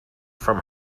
from